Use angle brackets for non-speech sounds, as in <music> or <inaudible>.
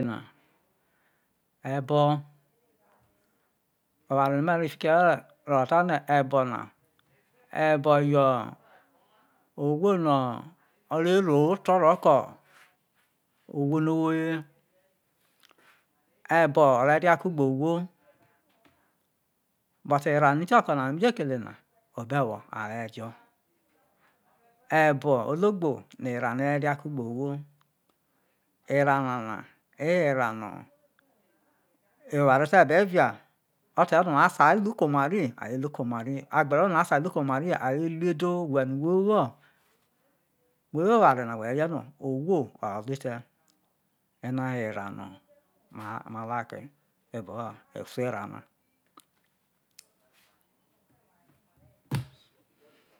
Ebo oware no̠ me̠ ro̠ ri fiki ye̠ ro̠ tano̠ e̠bo̠ na ebo̠ yo̠ owho no̠ o re ro̠ oto̠ ro̠ ko̠ owho no wo ye, ebo̠ o̠re ria kugbe owho but erao no̠ ikio̠ko̠ na me ji kele na obo̠ are̠ jo̠, e̠bo̠, ologbo yo erao̠ no̠ ere̠ ria kugbe owho eye erao no̠ eware te̠ be via ote ro̠ no̠ are lu ko oma ri are luko oma ri agbe̠ ro̠no̠ ata ru ke oma ri ha are lu edo whe no̠ whe wo̠ oware na we re rie no owho oro ete ena ho erao no̠ a like evao o̠fe̠ erao na <noise>